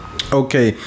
Okay